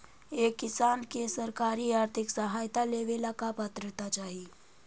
एक किसान के सरकारी आर्थिक सहायता लेवेला का पात्रता चाही?